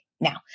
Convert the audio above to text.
Now